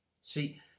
See